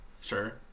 Sure